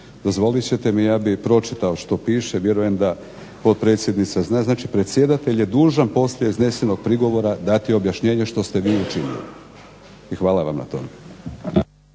Dozvolite ćete mi ja bih pročitao što piše, vjerujem da potpredsjednica zna, znači predsjedatelj je dužan poslije iznesenog prigovora dati objašnjenje što ste vi i učinili. I hvala vam na tome.